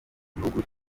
igihugu